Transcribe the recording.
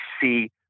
see